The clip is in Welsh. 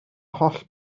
holl